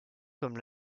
comme